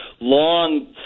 long